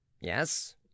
yes